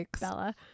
bella